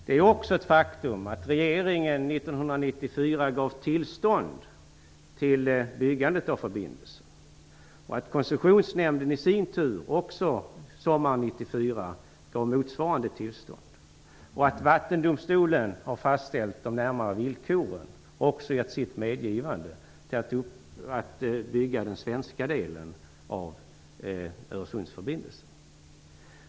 Det är också ett faktum att regeringen 1994 gav tillstånd till byggandet av förbindelsen och att Koncessionsnämnden i sin tur, också sommaren 1994, gav motsvarande tillstånd. Vattendomstolen har fastställt de närmare villkoren och lämnat sitt medgivande till att bygga den svenska delen av Öresundsförbindelsen.